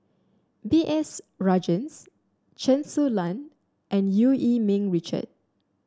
B S Rajhans Chen Su Lan and Eu Yee Ming Richard